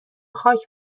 خاک